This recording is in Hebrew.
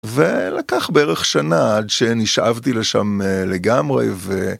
ולקח בערך שנה עד שנשאבתי לשם לגמרי, ו...